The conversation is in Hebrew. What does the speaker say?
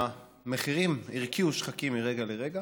המחירים הרקיעו שחקים מרגע לרגע,